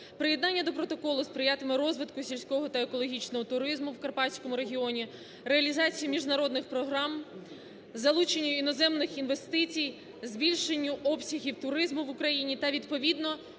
Приєднання до протоколу сприятиме розвитку сільського та екологічного туризму в карпатському регіоні, реалізації міжнародних програм, залученню іноземних інвестицій, збільшенню обсягів туризму в Україні та відповідно